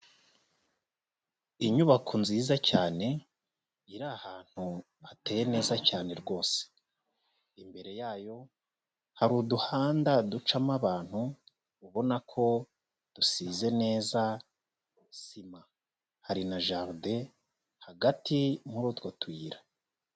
Inyubako nziza cyane iri ahantu hateye neza cyane rwose, imbere yayo hari uduhanda ducamo abantu ubona ko dusize neza sima, hari na jaride hagati muri utwo tuyira.